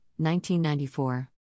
1994